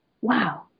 wow